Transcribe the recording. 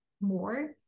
more